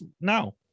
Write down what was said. now